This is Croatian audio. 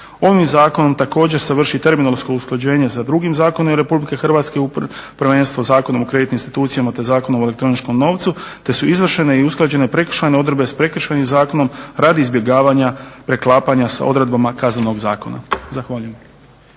Ovim zakonom također se vrši terminalsko usklađenje za drugim zakonima RH a prvenstveno Zakonom o kreditnim institucijama te Zakonom o elektroničkom novcu, te su izvršene i usklađene prekršajne odredbe s Prekršajnim zakonom radi izbjegavanja preklapanja sa odredbama Kaznenoga zakona. Zahvaljujem.